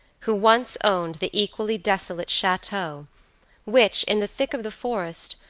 who once owned the equally desolate chateau which, in the thick of the forest,